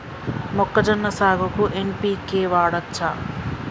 మొక్కజొన్న సాగుకు ఎన్.పి.కే వాడచ్చా?